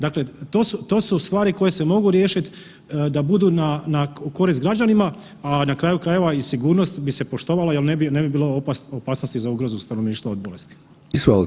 Dakle to su stvari koje se mogu riješiti da budu na korist građanima, a na kraju krajeva i sigurnost bi se poštovala jer ne bi bilo opasnosti za ugrozu stanovništva od bolesti.